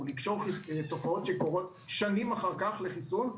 כלשהו, לקשור תופעות שקורות שנים אחר כך לחיסון.